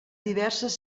diverses